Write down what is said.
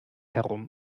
herum